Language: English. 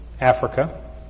Africa